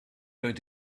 going